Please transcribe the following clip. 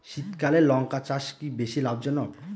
শীতকালে লঙ্কা চাষ কি বেশী লাভজনক?